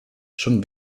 schon